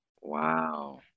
Wow